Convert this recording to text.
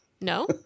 No